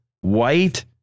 white